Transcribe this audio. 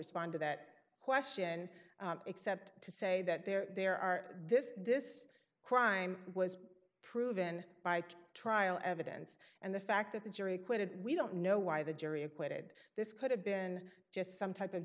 respond to that question except to say that there are this this crime was proven by trial evidence and the fact that the jury acquitted we don't know why the jury acquitted this could have been just some type of